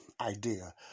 idea